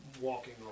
walking